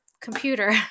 Computer